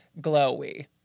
glowy